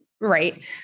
Right